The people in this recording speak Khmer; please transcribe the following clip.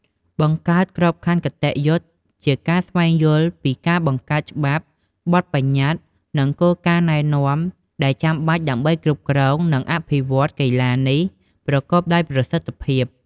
ការបង្កើតក្របខ័ណ្ឌគតិយុត្ដជាការ ស្វែងយល់ពីការបង្កើតច្បាប់ បទប្បញ្ញត្តិ និងគោលការណ៍ណែនាំដែលចាំបាច់ដើម្បីគ្រប់គ្រង និងអភិវឌ្ឍកីឡានេះប្រកបដោយប្រសិទ្ធភាព។